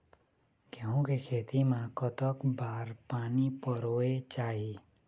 गेहूं के खेती मा कतक बार पानी परोए चाही?